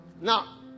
Now